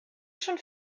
schon